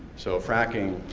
so fracking,